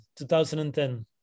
2010